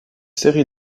série